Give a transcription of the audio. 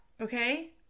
okay